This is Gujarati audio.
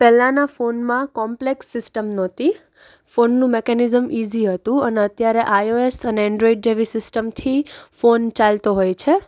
પહેલાંના ફોનમાં કોમ્પ્લેક્સ સિસ્ટમ નહોતી ફોનનું મેકેનિઝમ ઈઝી હતું અને અત્યારે આઈઓએસ અને એન્ડ્રોઇડ જેવી સિસ્ટમથી ફોન ચાલતો હોય છે